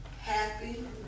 happy